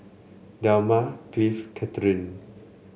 Delmar Cliff Cathryn